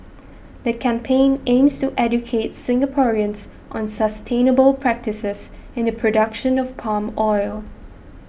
the campaign aims to educate Singaporeans on sustainable practices in the production of palm oil